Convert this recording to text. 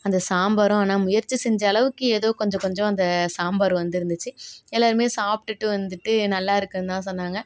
அந்த சாம்பாரும் ஆனால் முயற்சி செஞ்ச அளவுக்கு ஏதோ கொஞ்சம் கொஞ்சம் அந்த சாம்பார் வந்துருந்துச்சு எல்லாருமே சாப்பிட்டுட்டு வந்துட்டு நல்லாருக்குந்தான் சொன்னாங்க